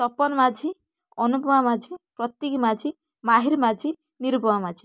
Tapan Majhi Anupama Majhi Pratik Majhi Mahir Majhi Nirupama Majhi